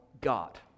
God